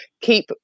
Keep